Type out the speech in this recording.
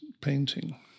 painting